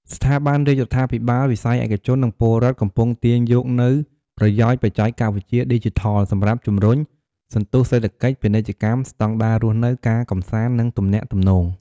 ស្ថាប័នរាជរដ្ឋាភិបាល វិស័យឯកជន និងពលរដ្ឋ កំពុងទាញយកនូវប្រយោជន៍បច្ចេកវិទ្យាឌីជីថល សម្រាប់ជម្រុញ សន្ទុះសេដ្ឋកិច្ច ពាណិជ្ជកម្ម ស្តង់ដាររស់នៅ ការកំសាន្ត និងទំនាក់ទំនង។